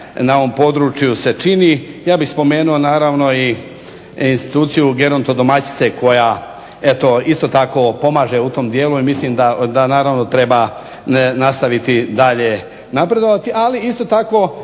na ovom području se čini. Ja bih spomenuo i instituciju ... domaćice koja isto tako pomaže u tom dijelu i mislim da treba nastaviti dalje napredovati ali isto tako